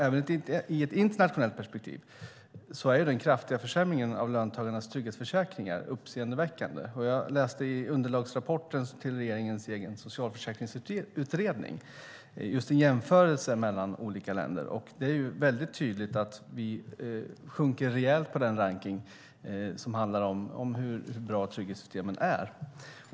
Även i ett internationellt perspektiv är den kraftiga försämringen av löntagarnas trygghetsförsäkringar uppseendeväckande. Jag läste i underlagsrapporten till regeringens egen socialförsäkringsutredning en jämförelse av olika länder. Det är tydligt att vi sjunker rejält i rankningen av hur bra trygghetssystemen är.